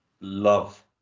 love